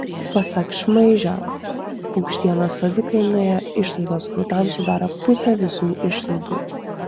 pasak šmaižio paukštienos savikainoje išlaidos grūdams sudaro pusę visų išlaidų